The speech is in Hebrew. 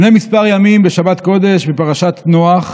לפני כמה ימים, בשבת קודש בפרשת נוח,